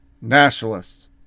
nationalists